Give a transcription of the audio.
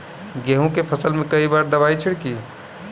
गेहूँ के फसल मे कई बार दवाई छिड़की?